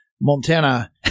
Montana